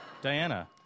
Diana